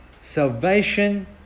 salvation